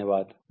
धन्यवाद